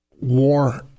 war